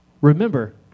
remember